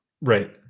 Right